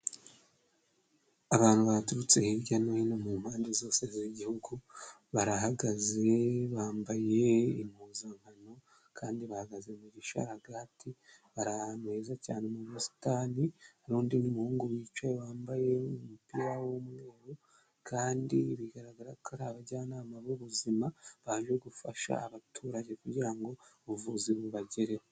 Abantu baturutse hirya no hino mu mpande zose z'igihugu, barahagaze, bambaye impuzankano kandi bahagaze mu gisharagati, bari ahantu heza cyane mu busitani, hari n'undi muhungu wicaye wambaye umupira w'umweru kandi bigaragara ko ari abajyanama b'ubuzima baje gufasha abaturage kugira ngo ubuvuzi bubagereho.